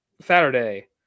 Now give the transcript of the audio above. Saturday